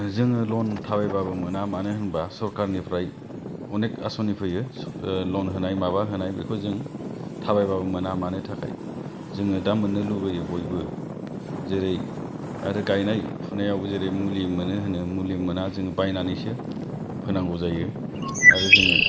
जोङो ल'न थाबायबाबो मोना मानो होनोब्ला सोरखारनिफ्राय अनेक आसनि फैयो ल'न होनाय माबा होनाय बेखौ जों थाबायबाबो मोना मानि थाखाय जोङो दा मोननो लुबैयो बयबो जेरै आरो गायनाय फुनायावबो जेरै मुलि मोनो होनो मुलि मोना जोङो बायनानैसो फोनांगौ जायो आरो जोङो